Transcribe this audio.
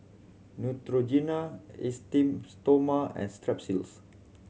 Neutrogena Esteem Stoma and Strepsils